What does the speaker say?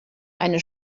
eine